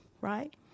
right